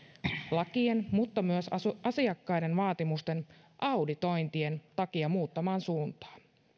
lakien mutta myös asiakkaiden vaatimusten auditointien takia muuttamaan suuntaa